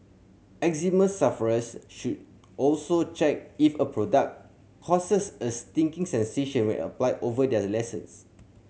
eczema sufferers should also check if a product causes a stinging sensation when applied over their lesions